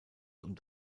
und